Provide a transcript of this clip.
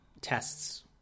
tests